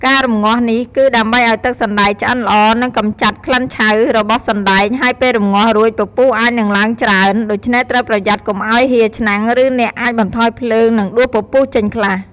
ការរំងាស់នេះគឺដើម្បីឱ្យទឹកសណ្តែកឆ្អិនល្អ និងកម្ចាត់ក្លិនឆៅរបស់សណ្តែក ហើយពេលរំងាស់រួច ពពុះអាចនឹងឡើងច្រើន ដូច្នេះត្រូវប្រយ័ត្នកុំឱ្យហៀរឆ្នាំង ឬអ្នកអាចបន្ថយភ្លើង និងដួសពពុះចេញខ្លះ។